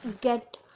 get